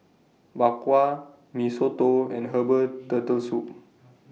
Bak Kwa Mee Soto and Herbal Turtle Soup